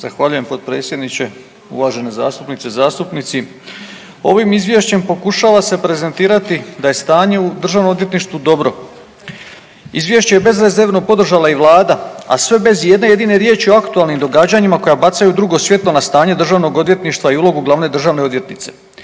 Zahvaljujem potpredsjedniče. Uvažene zastupnice, zastupnici. Ovim izvješćem pokušava se prezentirati da je stanje u državnom odvjetništvu dobro. Izvješće je bezrezervno podržala i Vlada, a sve bez i jedne jedine riječi o aktualnim događanjima koja bacaju drugo svjetlo na stanje državnog odvjetništva i uloge glavne državne odvjetnice.